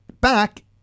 back